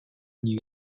new